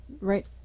right